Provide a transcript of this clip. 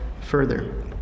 further